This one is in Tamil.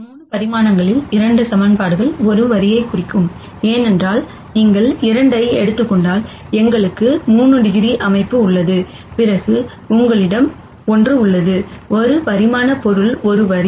3 பரிமாணங்களில் 2 ஈக்குவேஷன்கள் ஒரு வரியைக் குறிக்கும் ஏனென்றால் நீங்கள் 2 ஐ எடுத்துக் கொண்டால் எங்களுக்கு 3 டிகிரி அமைப்பு உள்ளது பிறகு உங்களிடம் ஒன்று உள்ளது ஒரு பரிமாண பொருள் ஒரு வரி